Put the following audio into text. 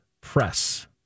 press